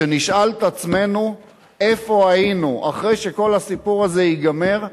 כשנשאל את עצמנו איפה היינו אחרי שכל הסיפור הזה ייגמר,